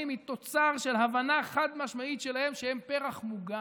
היא תוצר של הבנה חד-משמעית שלהם שהם פרח מוגן.